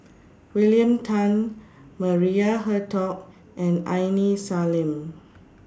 William Tan Maria Hertogh and Aini Salim